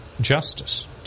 justice